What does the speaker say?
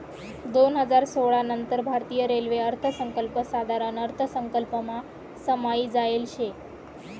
दोन हजार सोळा नंतर भारतीय रेल्वे अर्थसंकल्प साधारण अर्थसंकल्पमा समायी जायेल शे